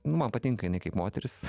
man patinka jinai kaip moteris